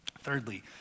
thirdly